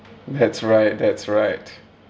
that's right that's right